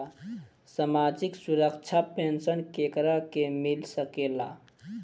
सामाजिक सुरक्षा पेंसन केकरा के मिल सकेला?